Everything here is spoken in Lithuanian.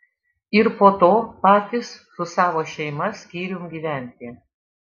ir po to patys su savo šeima skyrium gyventi